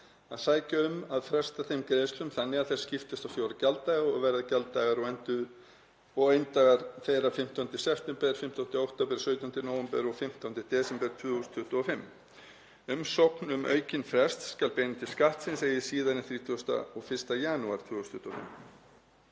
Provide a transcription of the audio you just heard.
að sækja um að fresta þeim greiðslum þannig að þær skiptist á fjóra gjalddaga og verða gjalddagar og eindagar þeirra 15. september, 15. október, 17. nóvember og 15. desember 2025. Umsókn um aukinn frest skal beina til Skattsins eigi síðar en 31. janúar 2025.